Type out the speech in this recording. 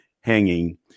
hanging